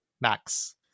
Max